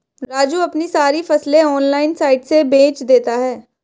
राजू अपनी सारी फसलें ऑनलाइन साइट से बेंच देता हैं